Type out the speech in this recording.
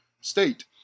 state